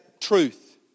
truth